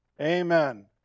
Amen